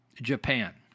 Japan